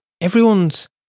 everyone's